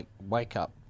wake-up